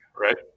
right